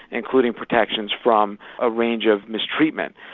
including protections from a range of mistreatment.